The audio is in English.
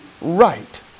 right